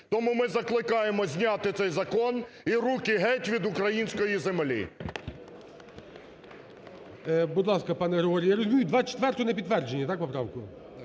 Тому ми закликаємо зняти цей закон. І руки геть від української землі!